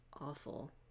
Awful